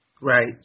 Right